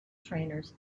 trainers